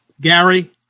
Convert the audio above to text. Gary